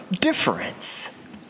difference